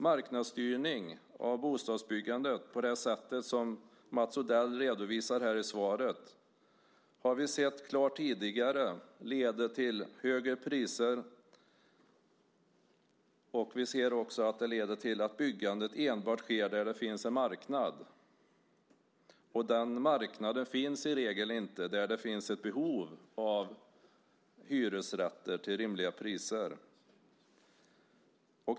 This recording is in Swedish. Marknadsstyrning av bostadsbyggandet på det sätt Mats Odell redovisar här i svaret har vi tidigare klart sett leder till högre priser. Vi ser också att det leder till att byggandet enbart sker där det finns en marknad. Den marknaden finns i regel inte där det finns ett behov av hyresrätter till rimliga priser.